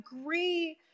agree